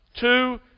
Two